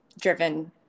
driven